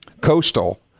Coastal